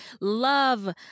love